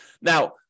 Now